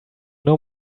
know